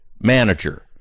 manager